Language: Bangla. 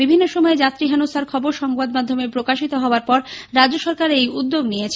বিভিন্ন সময়ে যাত্রী হেনস্থার খবর সংবাদমাধ্যমে প্রকাশিত হওয়ার পর রাজ্য সরকার এই উদ্যোগ নিয়েছে